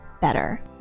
better